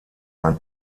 ein